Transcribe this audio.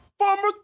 Farmers